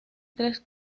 tres